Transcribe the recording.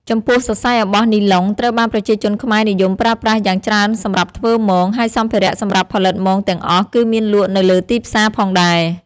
ចំពោះសរសៃអំបោះនីឡុង ត្រូវបានប្រជាជនខ្មែរនិយមប្រើប្រាស់យ៉ាងច្រើនសម្រាប់ធ្វើមង ហើយសម្ភារៈសម្រាប់ផលិតមងទាំងអស់ គឺមានលក់នៅលើទីផ្សារផងដែរ។